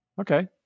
Okay